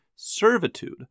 servitude